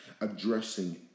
addressing